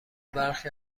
برخی